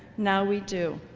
now we do.